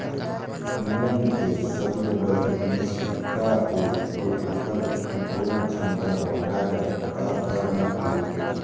मूंग के सबले बढ़िया किस्म का ये अऊ ओकर अंकुरण क्षमता बढ़ाये बर का करना ये?